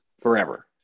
forever